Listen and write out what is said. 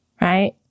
right